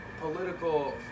political